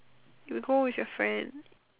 you go with your friend